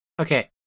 Okay